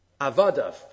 Avadav